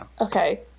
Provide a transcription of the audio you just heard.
Okay